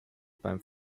beim